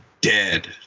dead